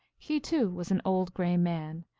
he, too, was an old gray man,